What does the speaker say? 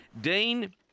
dean